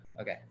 okay